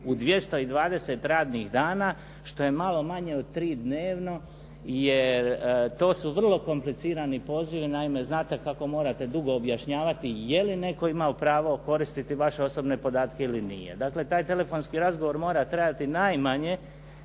u 220 radnih dana što je malo manje od tri dnevno jer to su vrlo komplicirani pozivi. Naime, znate kako morate dugo objašnjavati je li netko imao pravo koristiti vaše osobne podatke ili nije. Dakle, taj telefonski razgovor mora trajati najmanje